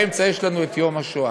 באמצע יש לנו יום השואה.